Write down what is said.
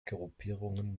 gruppierungen